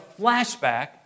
flashback